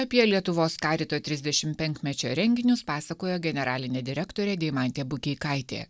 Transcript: apie lietuvos carito trisdešim penkmečio renginius pasakojo generalinė direktorė deimantė bukeikaitė